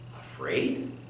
Afraid